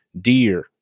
deer